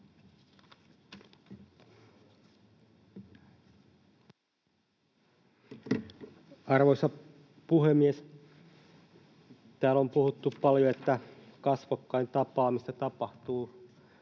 Arvoisa puhemies! Täällä on puhuttu paljon, että kasvokkain tapaamista tapahtuu.